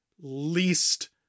least